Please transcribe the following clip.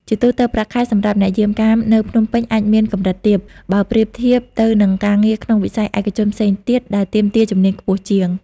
ជាទូទៅ ប្រាក់ខែ សម្រាប់អ្នកយាមកាមនៅភ្នំពេញអាចមាន កម្រិតទាប បើប្រៀបធៀបទៅនឹងការងារក្នុងវិស័យឯកជនផ្សេងទៀត ដែលទាមទារជំនាញខ្ពស់ជាង។